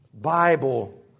Bible